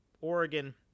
Oregon